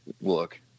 look